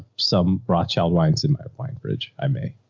some broad child wines in my appointment bridge. i may.